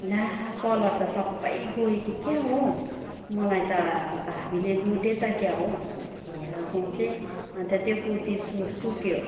ला कलर त सबै गयो कि क्या हो मलाई त भाबीले लुटेछ क्या हो भनेर सोचे अन्त त्यो कुर्ती सु सुक्यो